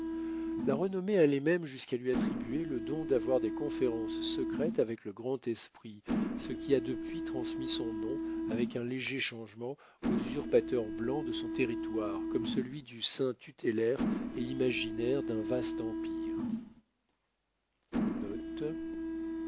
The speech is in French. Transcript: la renommée allait même jusqu'à lui attribuer le don d'avoir des conférences secrètes avec le grand esprit ce qui a depuis transmis son nom avec un léger changement aux usurpateurs blancs de son territoire comme celui du saint tutélaire et imaginaire d'un vaste empire